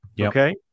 Okay